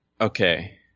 Okay